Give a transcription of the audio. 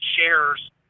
shares